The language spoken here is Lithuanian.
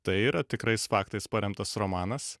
tai yra tikrais faktais paremtas romanas